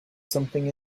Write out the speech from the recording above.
something